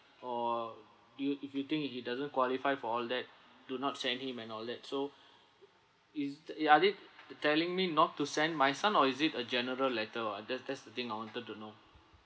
or you if you think he he doesn't qualify for all that do not send him and all that so is th~ ya are they telling me not to send my son or is it a general letter or that's that's the thing I wanted to know